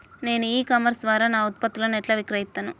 నేను e commerce ద్వారా నా ఉత్పత్తులను ఎట్లా విక్రయిత్తను?